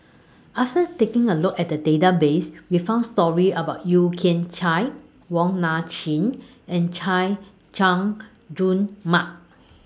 after taking A Look At The Database We found stories about Yeo Kian Chai Wong Nai Chin and Chay Jung Jun Mark